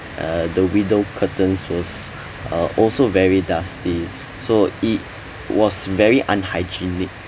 uh the window curtains was uh also very dusty so it was very unhygienic